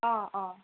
অ অ